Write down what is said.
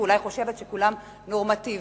ואולי חושבת שכולם נורמטיביים,